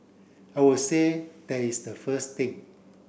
I would say that is the first thing